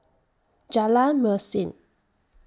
Jalan Mesin